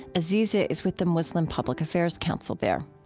aziza is with the muslim public affairs council there.